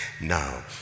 Now